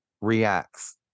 reacts